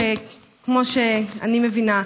שכמו שאני מבינה,